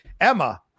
Emma